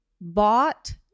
bought